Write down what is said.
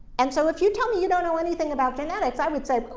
and so if you tell me you don't know anything about genetics, i would say,